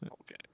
Okay